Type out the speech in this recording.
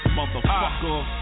Motherfucker